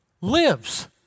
Lives